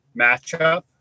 matchup